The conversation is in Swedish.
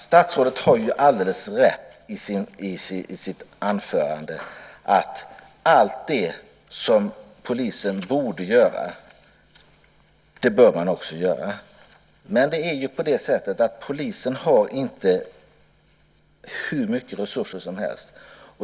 Statsrådet har alldeles rätt när han säger att polisen ska ägna sig åt båda dessa saker. Men polisen har inte hur mycket resurser som helst.